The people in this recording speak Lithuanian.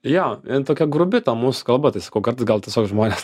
jo tokia grubi ta mūsų kalba tai sakau kartais gal tiesiog žmonės